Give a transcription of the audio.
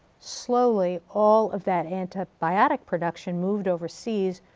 slowly all of that antibiotic production moved overseas,